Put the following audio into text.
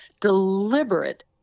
deliberate